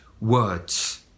words